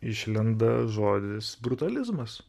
išlenda žodis brutalizmas